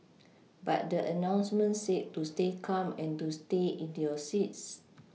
but the announcement said to stay calm and to stay in your seats